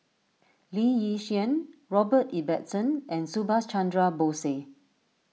Lee Yi Shyan Robert Ibbetson and Subhas Chandra Bose